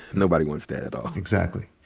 nobody wants that at all. exactly.